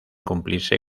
cumplirse